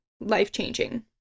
life-changing